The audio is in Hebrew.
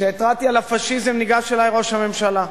כשהתרעתי על הפאשיזם ניגש אלי ראש הממשלה,